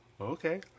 Okay